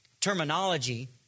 terminology